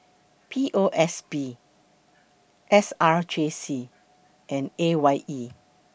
P O S B S R J C and A Y E